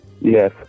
Yes